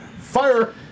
Fire